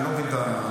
אני לא מבין את הטענה.